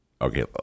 Okay